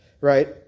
right